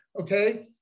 okay